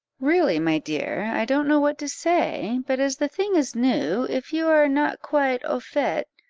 really, my dear, i don't know what to say but as the thing is new, if you are not quite au fait,